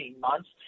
months